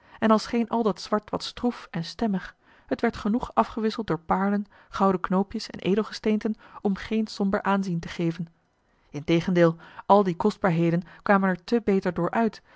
en al scheen al dat zwart wat stroef en stemmig het werd genoeg afgewisseld door paarlen gouden knoopjes en edelgesteenten om geen somber aanzien te geven integendeel al die kostbaarheden kwamen er te beter door uit